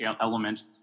element